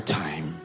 time